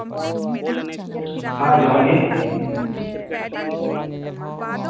ᱦᱮᱸ ᱡᱚᱦᱟᱨ ᱜᱤ